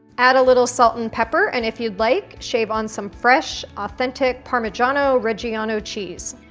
add a little salt and pepper and if you'd like shave on some fresh authentic parmigiano-reggiano cheese.